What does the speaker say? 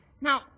Now